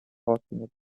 talking